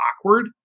awkward